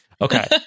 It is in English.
Okay